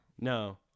No